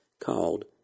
called